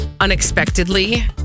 unexpectedly